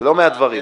מעט דברים.